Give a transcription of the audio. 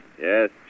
Yes